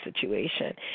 situation